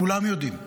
כולם יודעים.